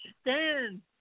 stand